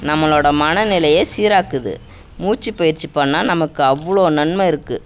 நம்மளோடய மனநிலையை சீராக்குது மூச்சுப் பயிற்சி பண்ணால் நமக்கு அவ்வளோ நன்மை இருக்குது